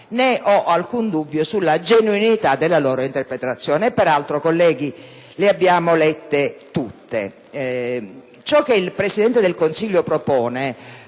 di stampa, né sulla genuinità della loro interpretazione. Peraltro, colleghi, le abbiamo lette tutti. Ciò che il Presidente del Consiglio propone